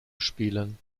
spielen